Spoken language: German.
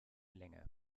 länge